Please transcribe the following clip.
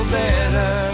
better